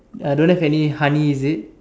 uh don't have any honey is it